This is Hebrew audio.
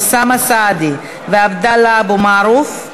אוסאמה סעדי ועבדאללה אבו מערוף.